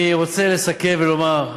אני רוצה לסכם ולומר: